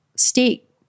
state